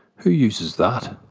who uses that?